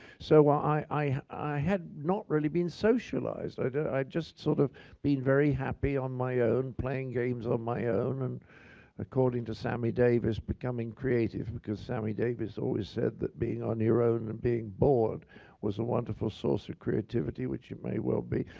so i had not really been socialized. i'd just sort of been very happy on my own, playing games on my own, and according to sammy davis, becoming creative. because sammy davis always said that being on your own and being bored was a wonderful source of creativity, which it may well be.